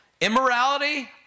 immorality